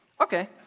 Okay